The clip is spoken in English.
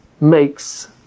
makes